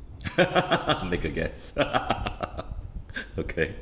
make a guess okay